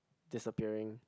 disappearing